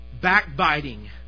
backbiting